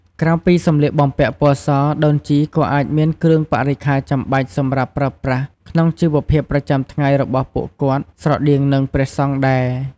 ក្រៅពីសម្លៀកបំពាក់ពណ៌ស ដូនជីក៏អាចមានគ្រឿងបរិក្ខារចាំបាច់សម្រាប់ប្រើប្រាស់ក្នុងជីវភាពប្រចាំថ្ងៃរបស់ពួកគាត់ ស្រដៀងនឹងព្រះសង្ឃដែរ។